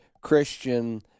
Christian